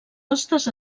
hostes